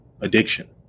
addiction